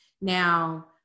Now